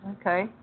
okay